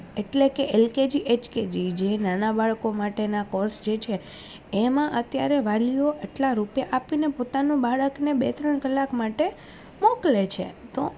એટલે કે LKG HKG જે નાના બાળકો માટેના કોર્ષ જે છે એમાં અત્યારે વાલીઓ એટલાં રૂપિયા આપીને પોતાના બાળકને બે ત્રણ કલાક માટે મોકલે છે તો